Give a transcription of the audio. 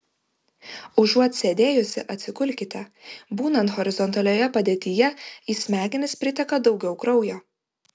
užuot sėdėjusi atsigulkite būnant horizontalioje padėtyje į smegenis priteka daugiau kraujo